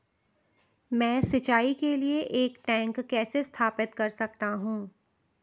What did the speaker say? मैं सिंचाई के लिए एक टैंक कैसे स्थापित कर सकता हूँ?